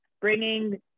bringing